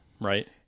right